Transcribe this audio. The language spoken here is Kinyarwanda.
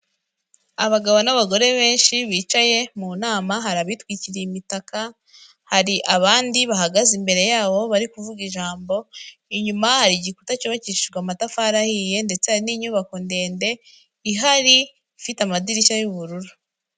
Abagabo n'abagore benshi bicaye mu nama, hari abitwikiriye imitaka, hari abandi bahagaze imbere yabo bari kuvuga ijambo, inyuma hari igikuta cyubakishijwe amatafari ahiye, ndetse hari n'inyubako ndende ihari, ifite amadirishya y'ubururu.